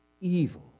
evil